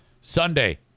Sunday